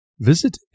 Visit